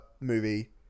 movie